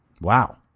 Wow